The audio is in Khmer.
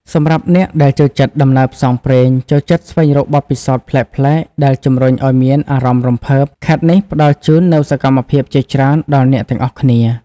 សម្រាប់អ្នកដែលចូលចិត្តដំណើរផ្សងព្រេង ចូលចិត្តស្វែងរកបទពិសោធន៍ប្លែកៗដែលជំរុញឱ្យមានអារម្មណ៍រំភើប ខេត្តនេះផ្ដល់ជូននូវសកម្មភាពជាច្រើនដល់អ្នកទាំងអស់គ្នា។